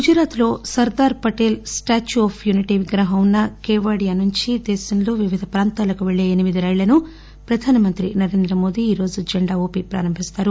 గుజరాత్లో Sardar Patel statue of unity విగ్రహం ఉన్న కేవాడియా నుంచి దేశంలో వివిధ ప్రాంతాలకు పెల్లే ఎనిమిది రైళ్లను ప్రధానమంత్రి నరేంద్రమోదీ ఈరోజు జెండా ఊపి ప్రారంభిస్తారు